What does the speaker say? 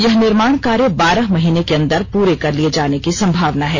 यह निर्माण कार्य बारह महीने के अंदर पूरे कर लिये जाने की संभावना है